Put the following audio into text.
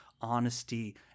honesty